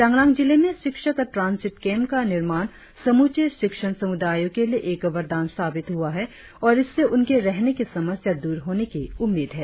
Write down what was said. चांगलांग जिले में शिक्षक ट्रांसिट केंप का निर्माण समूचे शिक्षण समूदायों के लिए एक वरदान साबित हुआ है और इससे उनके रहने की समस्या दूर होने की उम्मीद है